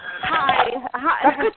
Hi